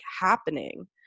happening